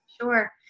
Sure